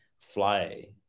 fly